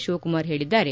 ಶಿವಕುಮಾರ್ ಹೇಳಿದ್ದಾರೆ